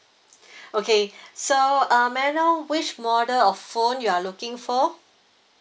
okay so uh may I know which model of phone you are looking for